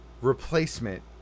replacement